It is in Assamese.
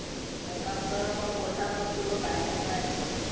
অঁ হেড মাষ্টৰে আকৌ পইচা খৰচ কৰিব পাৰে নে নোৱাৰে